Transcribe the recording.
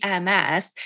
MS